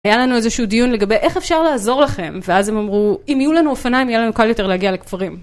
היה לנו איזשהו דיון לגבי איך אפשר לעזור לכם, ואז הם אמרו, אם יהיו לנו אופניים, יהיה לנו קל יותר להגיע לכפרים.